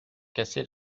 casser